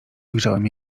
ujrzałem